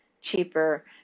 cheaper